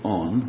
on